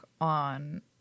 on